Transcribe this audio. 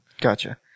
Gotcha